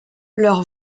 leur